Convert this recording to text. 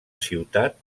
ciutat